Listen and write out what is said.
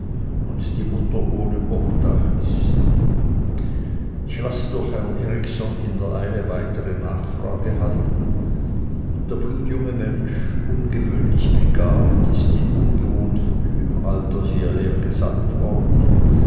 und die mutter ohne obdach ist ich lasse durch herren erikson in der eile weitere nachfrage halten der blutjunge mensch ungewöhnlich begabt ist in ungewohnt frühem alter hierhergesandt worden